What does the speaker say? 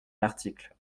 l’article